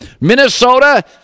Minnesota –